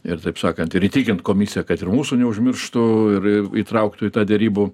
ir taip sakant ir įtikint komisiją kad ir mūsų neužmirštų ir ir įtrauktų į tą derybų